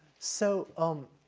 so, um,